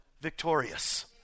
victorious